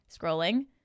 scrolling